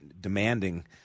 demanding